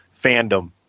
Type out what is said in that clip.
fandom